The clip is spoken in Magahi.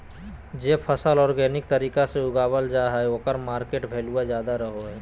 जे फसल ऑर्गेनिक तरीका से उगावल जा हइ ओकर मार्केट वैल्यूआ ज्यादा रहो हइ